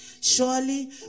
Surely